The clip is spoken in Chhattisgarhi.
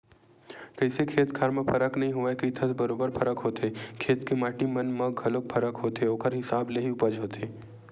कइसे खेत खार म फरक नइ होवय कहिथस बरोबर फरक होथे खेत के माटी मन म घलोक फरक परथे ओखर हिसाब ले ही उपज होथे